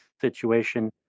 situation